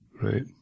Right